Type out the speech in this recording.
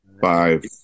five